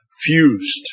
fused